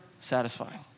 satisfying